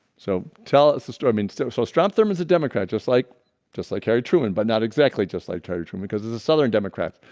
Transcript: so tell us the story. i mean so so strong thumb is a democrat just like just like harry truman but not exactly just like charlie truman because it's a southern democrat.